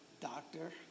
doctor